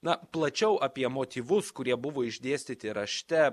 na plačiau apie motyvus kurie buvo išdėstyti rašte